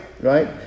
Right